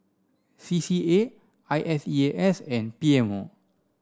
C C A I S E A S and P M O